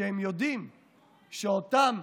והם יודעים שעבורם, אותם